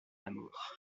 amour